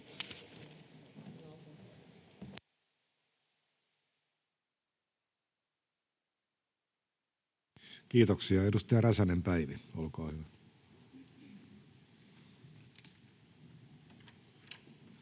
Kiitoksia. — Edustaja Räsänen, Päivi, olkaa hyvä. [Speech